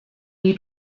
you